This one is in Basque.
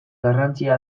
garrantzia